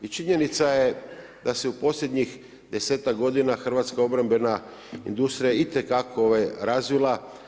I činjenica je da se u posljednjih desetak godina hrvatska obrambena industrija itekako razvila.